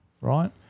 Right